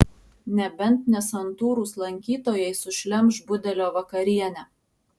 nebent nesantūrūs lankytojai sušlemš budelio vakarienę